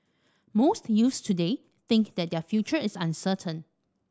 most youths today think that their future is uncertain